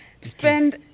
spend